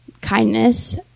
kindness